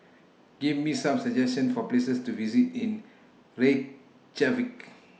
Give Me Some suggestions For Places to visit in Reykjavik